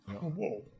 Whoa